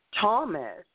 Thomas